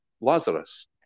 Lazarus